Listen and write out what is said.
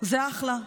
זה אחלה,